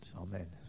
Amen